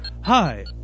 Hi